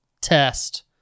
test